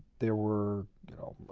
there were, you know,